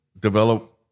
develop